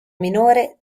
minore